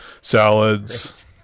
salads